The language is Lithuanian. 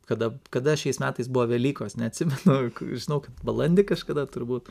kada kada šiais metais buvo velykos neatsimenu žinau kad balandį kažkada turbūt